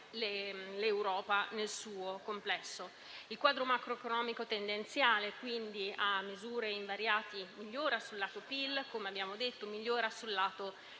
l'Europa nel suo complesso. Il quadro macroeconomico tendenziale quindi, a misure invariate, migliora sul lato PIL e dell'indebitamento netto